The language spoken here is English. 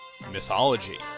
mythology